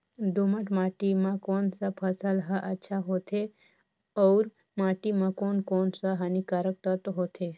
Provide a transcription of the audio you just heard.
दोमट माटी मां कोन सा फसल ह अच्छा होथे अउर माटी म कोन कोन स हानिकारक तत्व होथे?